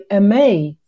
MA